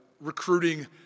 recruiting